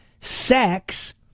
sex